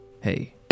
Hey